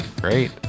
Great